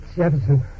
Jefferson